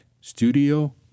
Studio